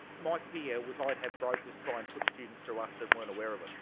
my fear was i'd have brokers try and put students through us that weren't aware of it,